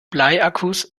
bleiakkus